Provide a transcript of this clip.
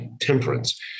temperance